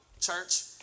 church